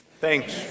Thanks